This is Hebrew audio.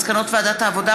מסקנות ועדת העבודה,